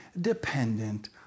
dependent